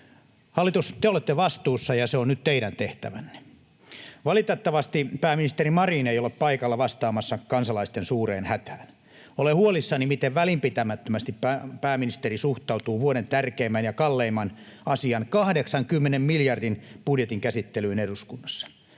Hallitus, te olette vastuussa, ja se on nyt teidän tehtävänne. Valitettavasti pääministeri Marin ei ole paikalla vastaamassa kansalaisten suureen hätään. Olen huolissani, miten välinpitämättömästi pääministeri suhtautuu vuoden tärkeimmän ja kalleimman asian, 80 miljardin budjetin, käsittelyyn eduskunnassa.